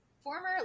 former